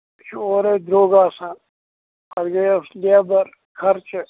یہِ چھُ اورَے درٛۅگ آسان پَتہٕ گٔیَس لیبَر خرچہٕ